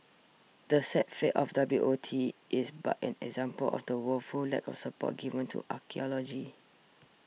the sad fate of W O T is but an example of the woeful lack of support given to archaeology